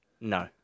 No